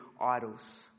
idols